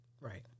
Right